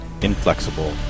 inflexible